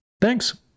Thanks